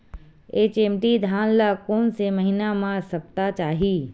HMT धान ल कोन से महिना म सप्ता चाही?